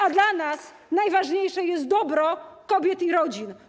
A dla nas najważniejsze jest dobro kobiet i rodzin.